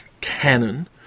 canon